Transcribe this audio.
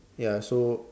ya so